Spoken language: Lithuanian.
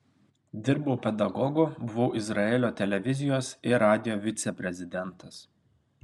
dirbau pedagogu buvau izraelio televizijos ir radijo viceprezidentas